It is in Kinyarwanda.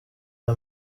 aya